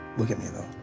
look at me though.